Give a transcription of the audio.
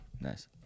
Nice